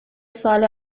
سال